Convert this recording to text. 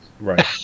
Right